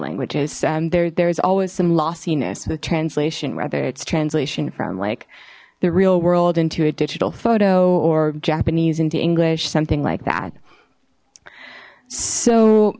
languages there there's always some loss enos with translation whether it's translation from like the real world into a digital photo or japanese into english something like that so